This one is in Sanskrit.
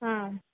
हा